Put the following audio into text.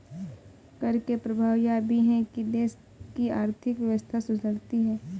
कर के प्रभाव यह भी है कि देश की आर्थिक व्यवस्था सुधरती है